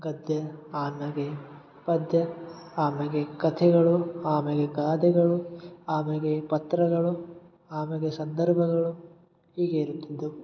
ಗದ್ಯ ಆಮ್ಯಾಗೆ ಪದ್ಯ ಆಮ್ಯಾಗೆ ಕತೆಗಳು ಆಮ್ಯಾಗೆ ಗಾದೆಗಳು ಆಮ್ಯಾಗೆ ಪತ್ರಗಳು ಆಮೆಗೆ ಸಂದರ್ಭಗಳು ಹೀಗೆ ಇರುತ್ತಿದ್ದವು